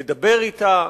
לדבר אתה.